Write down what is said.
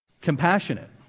compassionate